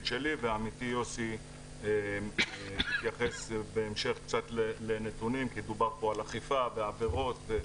שלי ועמיתי יוסי יתייחס בהמשך קצת לנתונים כי דובר פה על אכיפה ועבירות,